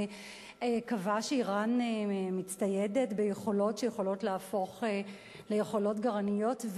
קבע שאירן מצטיידת ביכולות שיכולות להפוך ליכולות גרעיניות,